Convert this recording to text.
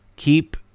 keep